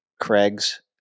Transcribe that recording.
Craig's